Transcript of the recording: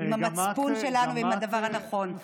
עם המצפון שלנו ועם הדבר הנכון.